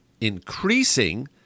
increasing